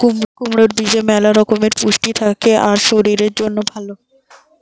কুমড়োর বীজে ম্যালা রকমের পুষ্টি থাকে আর শরীরের জন্যে ভালো